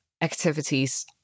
activities